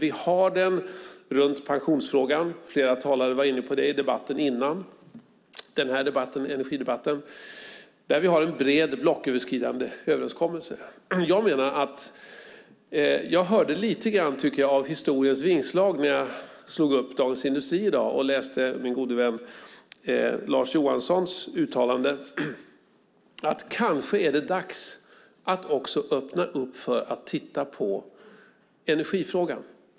Vi har det runt pensionsfrågan - flera talare var inne på det i debatten före den här energidebatten. Där har vi en bred blocköverskridande överenskommelse. Jag tyckte att jag hörde lite grann av historiens vingslag när jag slog upp Dagens Industri i dag och läste min gode vän Lars Johanssons uttalande om att det kanske är dags att också öppna för att titta på energifrågan.